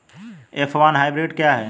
F one hybrid क्या है?